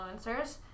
influencers